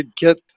get